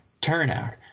Turnout